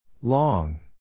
Long